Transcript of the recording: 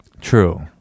True